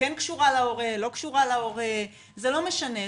כן קשורה להורה, לא קשורה להורה, זה לא משנה.